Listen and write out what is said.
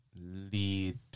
lead